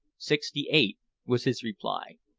sixty-eight, was his reply.